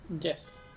Yes